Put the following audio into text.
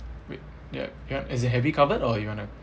wait ya as in have we covered or you want to